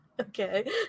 Okay